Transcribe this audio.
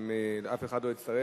ואם אף אחד לא יצטרף,